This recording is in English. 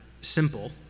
simple